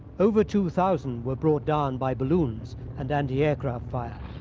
over two thousand were brought down by balloons and anti-aircraft fire.